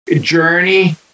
Journey